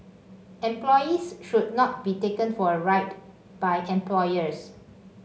employees should not be taken for a ride by employers